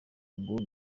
ngo